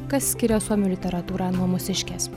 kas skiria suomių literatūrą nuo mūsiškės